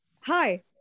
Hi